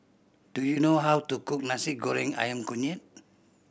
do you know how to cook Nasi Goreng Ayam Kunyit